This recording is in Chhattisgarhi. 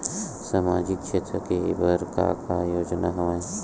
सामाजिक क्षेत्र के बर का का योजना हवय?